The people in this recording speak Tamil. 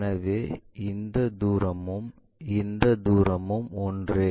எனவே இந்த தூரமும் இந்த தூரமும் ஒன்றே